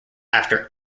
after